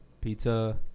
Pizza